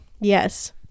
Yes